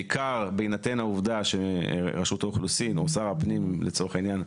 בעיקר בהינתן העובדה שרשות האוכלוסין או שר הפנים לצורך העניין,